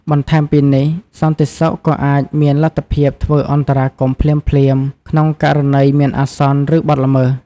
បន្ថែមពីនេះ សន្តិសុខក៏អាចមានលទ្ធភាពធ្វើអន្តរាគមន៍ភ្លាមៗក្នុងករណីមានអាសន្ន ឬបទល្មើស។